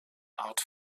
art